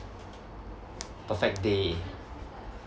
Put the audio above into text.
perfect day